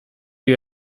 you